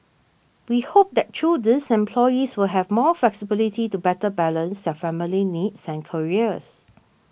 we hope that through these employees will have more flexibility to better balance their family needs and careers